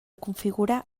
configurar